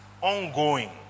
ongoing